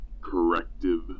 ...corrective